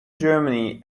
germany